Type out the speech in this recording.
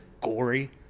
gory